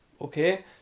Okay